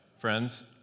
friends